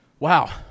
Wow